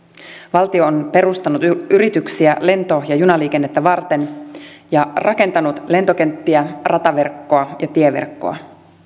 valtio on perustanut yrityksiä lento ja junaliikennettä varten ja rakentanut lentokenttiä rataverkkoa ja tieverkkoa